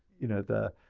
you know, the,